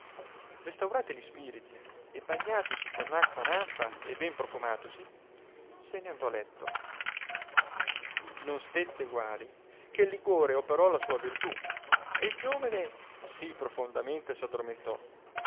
restaurare gli spiriti e bagnatosi con acqua nanfa e ben profumatosi se n andò a letto non stette guari che il liquore operò la sua virtù e il giovane sì profondamente s addormentò